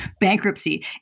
Bankruptcy